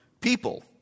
people